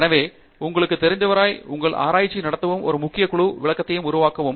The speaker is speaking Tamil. எனவே உங்களுக்குத் தெரிந்தவராய் உங்கள் ஆராய்ச்சியை நடத்தவும் ஒரு சிறிய குழு விளக்கத்தை உருவாக்கவும்